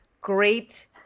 great